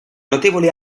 notevole